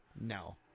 No